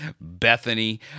Bethany